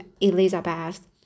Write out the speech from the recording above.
Elizabeth